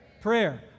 Prayer